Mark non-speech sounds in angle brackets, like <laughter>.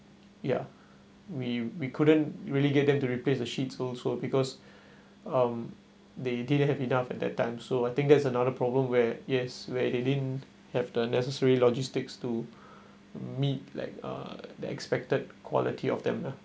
ya we we couldn't really get them to replace the sheets also because <breath> um they didn't have enough at that time so I think that's another problem where yes where they didn't have the necessary logistics to <breath> meet like uh the expected quality of them lah